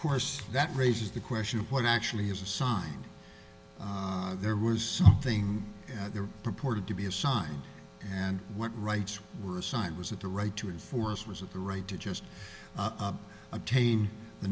course that raises the question of what actually is assigned there was something there purported to be assigned and what rights were assigned was it the right to enforce was it the right to just obtain the